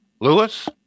Lewis